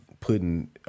putting